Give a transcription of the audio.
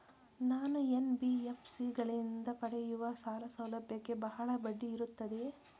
ನಾನು ಎನ್.ಬಿ.ಎಫ್.ಸಿ ಗಳಿಂದ ಪಡೆಯುವ ಸಾಲ ಸೌಲಭ್ಯಕ್ಕೆ ಬಹಳ ಬಡ್ಡಿ ಇರುತ್ತದೆಯೇ?